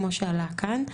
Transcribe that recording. כמו שעלה כאן,